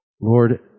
Lord